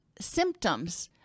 symptoms